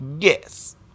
Yes